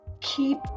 Keep